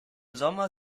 sommer